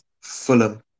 Fulham